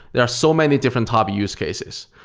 there are so many different type of use cases.